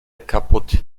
kaputt